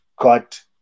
got